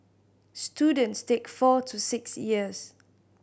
students take four to six years